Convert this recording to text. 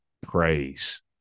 Praise